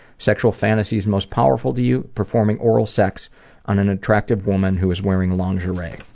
sexual fantasies most powerful to you performing oral sex on an attractive woman who is wearing lingerie.